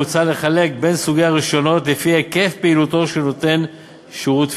מוצע לחלק בין סוגי הרישיונות לפי היקף פעילותו של נותן שירות פיננסי: